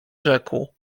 rzekł